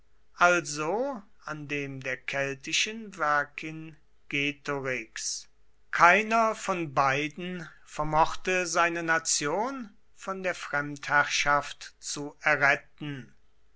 also an dem der keltischen vercingetorix keiner von beiden vermochte seine nation von der fremdherrschaft zu erretten